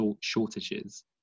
shortages